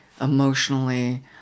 emotionally